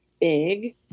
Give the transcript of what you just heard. big